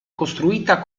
costruita